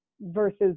versus